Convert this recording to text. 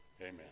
Amen